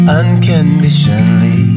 unconditionally